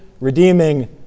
redeeming